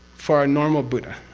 for a normal buddha.